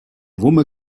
wumme